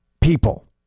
people